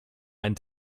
ein